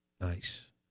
Nice